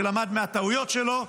שלמד מהטעויות שלו.